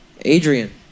Adrian